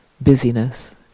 busyness